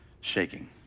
shaking